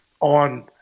on